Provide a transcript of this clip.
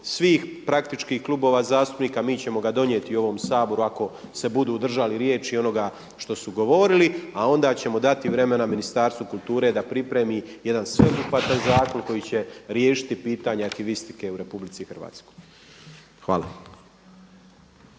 svih praktički klubova zastupnika, mi ćemo ga donijeti u ovom Saboru ako se budu držali riječi i onoga što su govoriti a onda ćemo dati vremena Ministarstvu kulture da pripremi jedan sveobuhvatan zakon koji će riješiti pitanje …/Govornik se ne razumije./… u RH. Hvala.